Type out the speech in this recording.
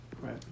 Right